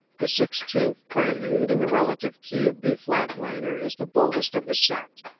the sixteenth prelude in the relative key of b flat minor is the boldest of the set.